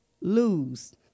lose